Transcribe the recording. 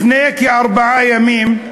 לפני כארבעה ימים,